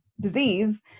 disease